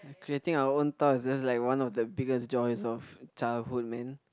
creating our own toys that's like one of the biggest joys of childhood man